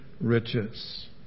riches